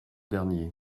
dernier